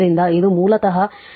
ಆದ್ದರಿಂದ ಇದು ಮೂಲತಃ ಶಕ್ತಿಗೆ0